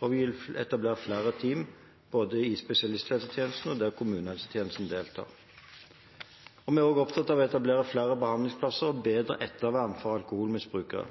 og vi vil etablere flere team både i spesialisthelsetjenesten og der kommunehelsetjenesten deltar. Vi er også opptatt av å etablere flere behandlingsplasser og bedre ettervern for alkoholmisbrukere.